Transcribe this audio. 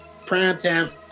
primetime